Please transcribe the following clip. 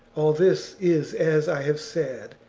all this is as i have said,